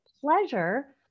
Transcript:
pleasure